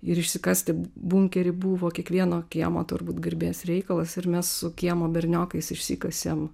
ir išsikasti bunkerį buvo kiekvieno kiemo turbūt garbės reikalas ir mes su kiemo berniokais išsikasėm